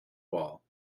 wall